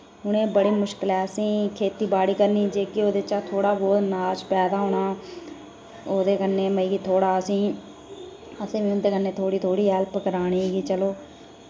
उ'नें बड़ी मुश्कलें असें खेती बाड़ी करनी जेह्की ओ ह्दे चा थोह्ड़ा बहुत नाज पैदा होना ओह्दे कन्नै मतलब कि थोह्ड़ा असें असें बी उंदे कन्नै थोह्ड़ी थोह्ड़ी हैल्प करानी कि चलो